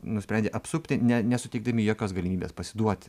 nusprendė apsupti ne nesuteikdami jokios galimybės pasiduoti